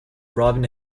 robin